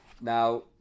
Now